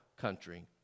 country